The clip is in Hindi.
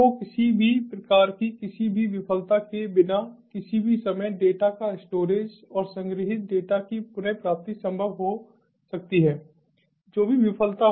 तो किसी भी प्रकार की किसी भी विफलता के बिना किसी भी समय डेटा का स्टोरेज और संग्रहीत डेटा की पुनः प्राप्ति संभव हो सकती है जो भी विफलता हो